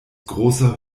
großer